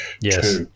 Yes